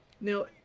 now